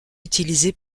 utilisé